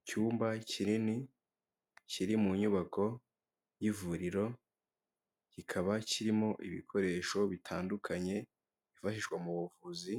Icyumba kinini, kiri mu nyubako y'ivuriro, kikaba kirimo ibikoresho bitandukanye, byifashishwa mu buvuzi,